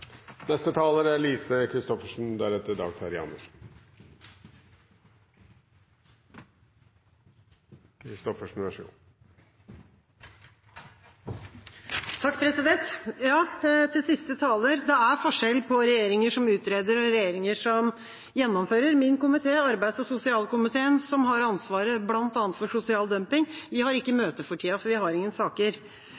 siste taler: Det er forskjell på regjeringer som utreder, og regjeringer som gjennomfører. Min komité, arbeids- og sosialkomiteen, som har ansvaret bl.a. for sosial dumping, har ikke møter for tida, for vi har